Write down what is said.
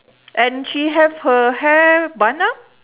and she have her hair bun up